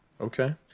Okay